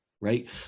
right